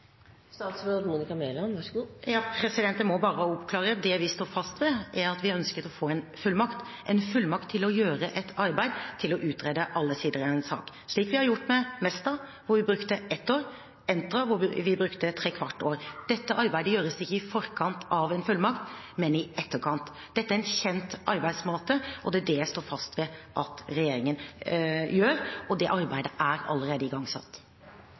må bare oppklare: Det vi står fast ved, er at vi ønsket å få en fullmakt, en fullmakt til å gjøre et arbeid med å utrede alle sider av en sak, slik vi har gjort med Mesta, hvor vi brukte ett år, Entra, hvor vi brukte tre kvart år. Dette arbeidet gjøres ikke i forkant av en fullmakt, men i etterkant. Dette er en kjent arbeidsmåte, og det er det jeg står fast på at regjeringen gjør, og det arbeidet er allerede igangsatt.